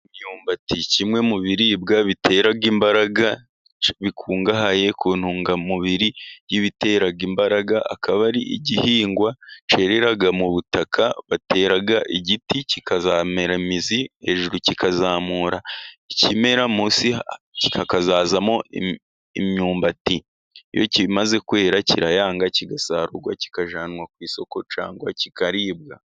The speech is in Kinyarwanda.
Imyumbati kimwe mu biribwa bitera imbaraga bikungahaye ku ntungamubiri y'ibitera imbaraga, akaba ari igihingwa cyerera mu butaka. Batera igiti kikazamera mizi hejuru, kikazamura ikimera munsi kikazazamo imyumbati. Iyo kimaze kwera kirayanga kigasarurwa, kikajyanwa ku isoko cyangwa kikaribwa.